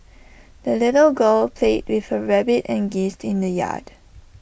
the little girl played with her rabbit and geese in the yard